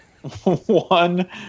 One